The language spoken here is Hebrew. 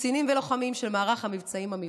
קצינים ולוחמים של מערך המבצעים המיוחדים.